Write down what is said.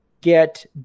get